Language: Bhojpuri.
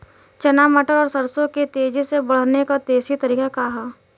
चना मटर और सरसों के तेजी से बढ़ने क देशी तरीका का ह?